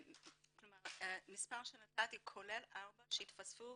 כלומר המספר שנתתי הוא כולל ארבעה שהתווספו